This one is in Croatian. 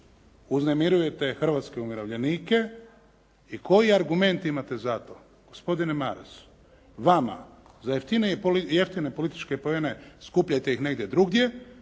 uznemirujete hrvatske umirovljenike i koji argument imate za to, gospodine Maras, vama za jeftine političke poene, skupljajte ih negdje drugdje,